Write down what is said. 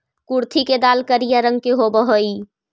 कुर्थी के दाल करिया रंग के होब हई